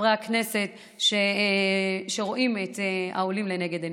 חברי הכנסת שרואים את העולים לנגד עיניהם.